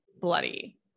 bloody